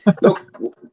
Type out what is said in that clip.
Look